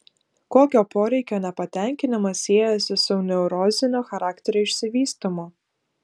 kokio poreikio nepatenkinimas siejasi su neurozinio charakterio išsivystymu